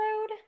road